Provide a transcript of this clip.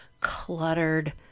cluttered